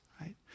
right